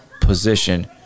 position